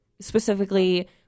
specifically